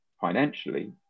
financially